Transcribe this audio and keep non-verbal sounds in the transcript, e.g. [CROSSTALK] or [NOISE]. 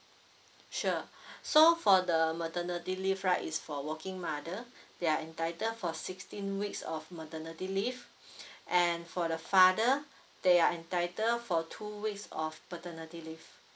sure [BREATH] so for the maternity leave right it's for working mother [BREATH] they are entitled for sixteen weeks of maternity leave [BREATH] and for the father [BREATH] they are entitle for two weeks of paternity leave